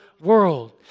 world